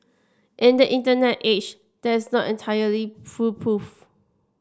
in the Internet age that's not entirely foolproof